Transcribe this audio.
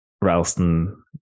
Ralston